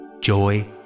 joy